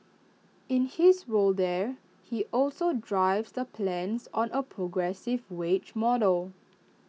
in his role there he also drives the plans on A progressive wage model